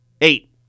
Eight